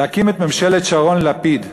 להקים את ממשלת שרון-לפיד,